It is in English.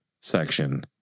section